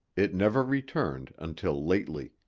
it never returned until lately.